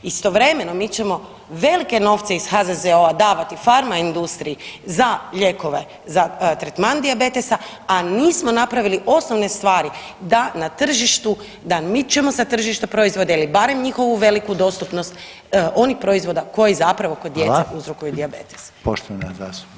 Istovremeno mi ćemo velike novce iz HZZO-a davati farma-industriji za lijekove za tretman dijabetesa, a nismo napravili osnovne stvari da na tržištu, da mičemo sa tržišta proizvode ili barem njihovu veliku dostupnost onih proizvoda koji zapravo kod djece uzrokuju dijabetes.